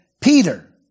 Peter